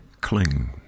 cling